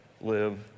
live